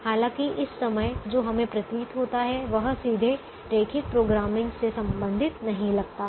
हालांकि इस समय जो हमें प्रतीत होता है वह सीधे रैखिक प्रोग्रामिंग से संबंधित नहीं लगता है